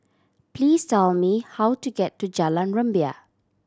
please tell me how to get to Jalan Rumbia